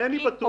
מכים,